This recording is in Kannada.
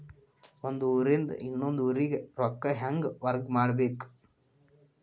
ಒಂದ್ ಊರಿಂದ ಇನ್ನೊಂದ ಊರಿಗೆ ರೊಕ್ಕಾ ಹೆಂಗ್ ವರ್ಗಾ ಮಾಡ್ಬೇಕು?